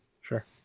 Sure